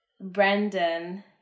Brandon